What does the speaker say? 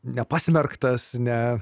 nepasmerktas ne